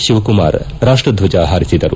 ಶಿವಕುಮಾರ್ ರಾಷ್ಪರ್ಟಜ ಹಾರಿಸಿದರು